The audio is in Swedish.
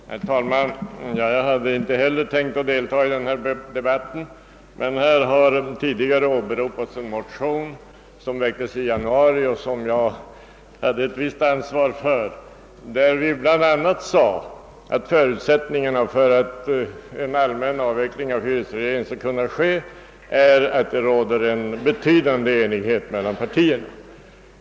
Herr talman! Jag hade inte heller tänkt delta i denna debatt, men jag vill göra det eftersom här tidigare åberopats en motion som väcktes i januari och som jag hade ett visst ansvar för. Där sade vi bl.a. att förutsättningarna för att en allmän avveckling av hyresregleringen skulle genomföras är att det råder en betydande enighet mellan partierna.